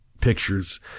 pictures